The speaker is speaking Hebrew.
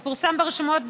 ופורסם ברשומות,